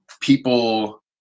people